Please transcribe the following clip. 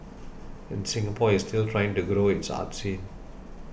and Singapore is still trying to grow its arts scene